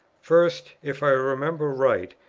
first, if i remember right,